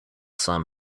some